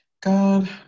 God